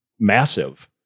massive